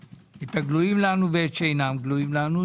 שגלויים ולנו ושאינם גלויים לנו,